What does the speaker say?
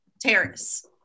terrace